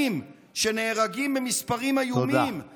פועלים, שנהרגים, המספרים איומים, תודה.